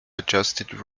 adjusted